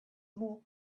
more